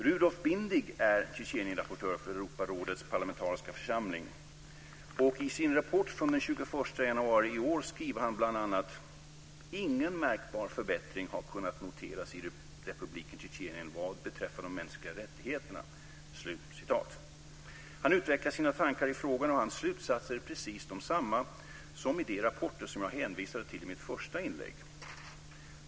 Rudolf Bindig är Tjetjenienrapportör för Europarådets parlamentariska församling. I sin rapport från den 21 januari i år skriver han bl.a. att ingen märkbar förbättring har kunnat noteras i republiken Tjetjenien vad beträffar de mänskliga rättigheterna. Han utvecklar sina tankar i frågan, och hans slutsatser är precis desamma som slutsatserna i de rapporter som jag hänvisade till i mitt första inlägg.